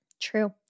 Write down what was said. True